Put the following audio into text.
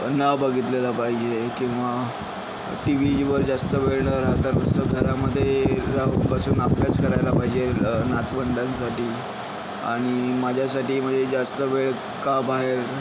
ना बघितलेलं पाहिजे किंवा टी व्हीवर जास्तवेळ राहता पेक्षा घरामध्ये राहून बसून अभ्यास करायला पाहिजे नातवंडांसाठी आणि माझ्यासाठी म्हणजे जास्त वेळ का बाहेर